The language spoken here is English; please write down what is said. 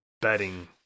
betting